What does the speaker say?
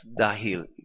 dahil